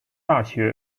大学